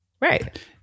Right